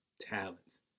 talents